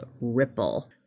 Ripple